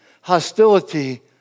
Hostility